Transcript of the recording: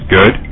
Good